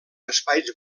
espais